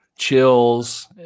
chills